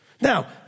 Now